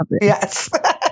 Yes